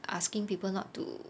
asking people not to